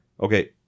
Okay